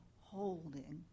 holding